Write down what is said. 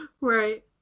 Right